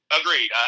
Agreed